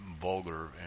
vulgar